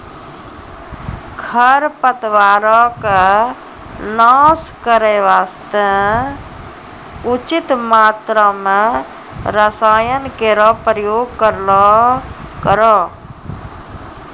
खरपतवारो क नाश करै वास्ते उचित मात्रा म रसायन केरो प्रयोग करलो करो